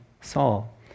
Saul